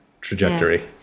trajectory